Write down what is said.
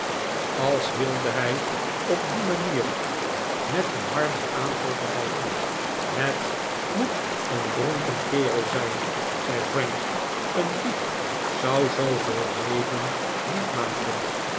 als wilde hij op die manier met een harder aanval dreigen het moet een dronken kerel zijn zei frank een dief zou zooyeel leven niet maken